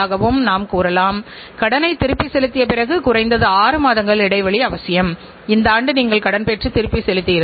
ஆகவே மொத்த முதலீட்டுப்பணம் இயக்கச்சுழற்சிமூலமாக பல்வேறு நிலைகளை கடந்து ஒரு சுழற்சியை அடைந்துள்ளதை புரிந்துகொள்ள முடிகிறது